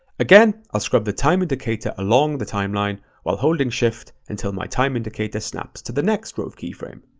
again, i'll scrub the time indicator along the timeline while holding shift until my time indicator snaps to the next rove keyframe.